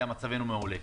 היה מצבנו מעולה.